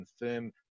confirm